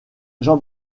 jean